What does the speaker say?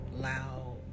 Loud